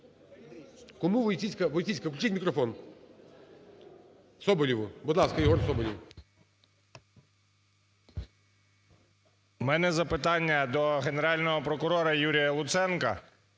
У мене запитання до Генерального прокурора Юрія Луценка.